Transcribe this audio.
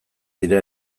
dira